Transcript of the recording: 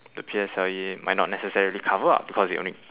the P_S_L_E might not necessary cover lah because it only